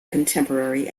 contemporary